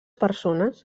persones